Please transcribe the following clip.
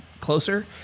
closer